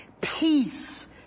peace